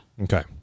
Okay